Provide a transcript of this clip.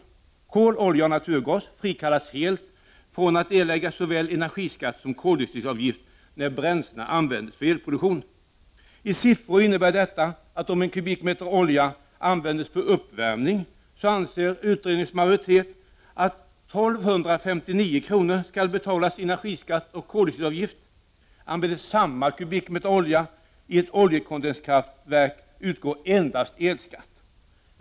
Vid användning av kol, olja och naturgas frikallas man helt från att erlägga såväl energiskatt som koldioxidavgift när dessa bränslen används för elproduktion. I siffror innebär det att om en kubikmeter olja används för uppvärmning, så anser utredningens majoritet att I 259 kr. skall betalas i energiskatt och koldioxidavgift. Om samma kubikmeter olja används i ett oljekondenskraftverk utgår endast elskatt.